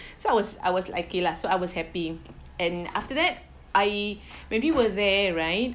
so I was I was like okay lah so I was happy and after that I maybe were there right